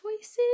choices